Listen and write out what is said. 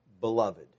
beloved